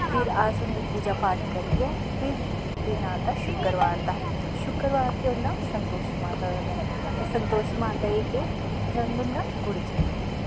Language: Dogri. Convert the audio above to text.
फिर उंदी अस पूजा पाठ करियै खिर दिन आंदा शुक्करबार दा शुक्करबार केह् होंदा संतोशी माता दा दिन अस संतोशी माता गी केह् पसंद होंदा गुड़ चनां